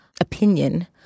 opinion